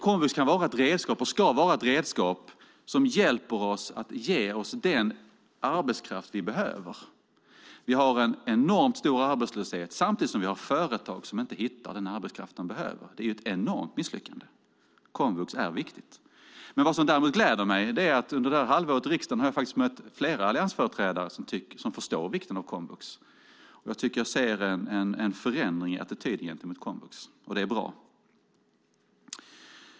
Komvux kan vara ett redskap och ska vara ett redskap som hjälper oss att ge oss den arbetskraft vi behöver. Vi har en enormt stor arbetslöshet samtidigt som vi har företag som inte hittar den arbetskraft de behöver. Det är ett enormt misslyckande. Komvux är viktigt. Vad som däremot gläder mig är att under det här halvåret i riksdagen har jag mött flera alliansföreträdare som förstår vikten av komvux. Jag tycker mig se en förändring av attityden till komvux, och det är bra.